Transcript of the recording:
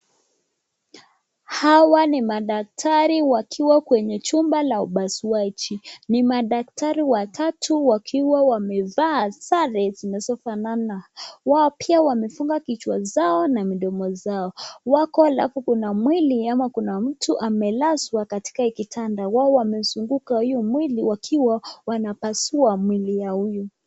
Hawa ni madaktari wakiwa kwenye chumba la upasuaji, ni madaktari watatu wakiwa wamevaa sare zinazofanana, wao pia wamefunga kichwa zao na midomo zao, wako halafu kuna mwili ama kuna mtu amelazwa katika hii kitanda, wao wamezunguka hiyo mwili wakiwa wanapasua mwili ya huyu.